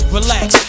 Relax